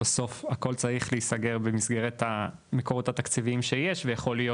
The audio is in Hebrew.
בסוף הכול צריך להסגר במסגרת המקורות התקציביים שיש ויכול להיות